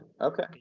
Okay